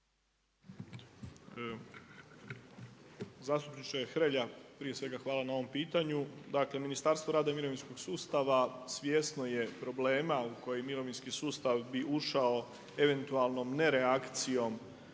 Zastupniče Hrelja, prije svega hvala na ovom pitanju. Dakle Ministarstvo rada i mirovinskog sustava svjesno je problema u koje mirovinski sustav bi ušao eventualnom nereakcijom